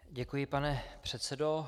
Děkuji, pane předsedo.